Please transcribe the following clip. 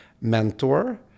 mentor